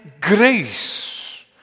grace